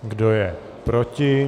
Kdo je proti?